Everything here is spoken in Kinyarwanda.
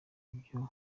ibyo